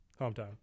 Hometown